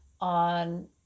on